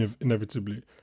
inevitably